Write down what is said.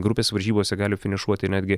grupės varžybose gali finišuoti netgi